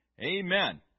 Amen